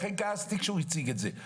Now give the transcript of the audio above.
לכן כעסתי כשהוא הציג את זה.